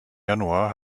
januar